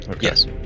Yes